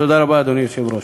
תודה רבה, אדוני היושב-ראש.